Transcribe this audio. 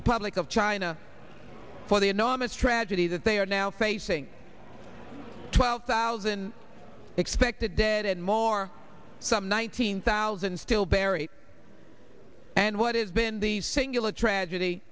republic of china for the enormous tragedy that they are now facing twelve thousand expected dead and more some nine hundred thousand still buried and what is been the singular tragedy